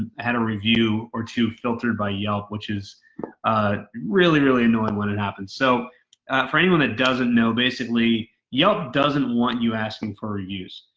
had a review or two filtered by yelp, which is really, really annoying when it happens. so for anyone that doesn't know, yelp doesn't want you asking for reviews.